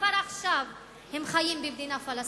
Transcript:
כבר עכשיו הם חיים במדינה פלסטינית.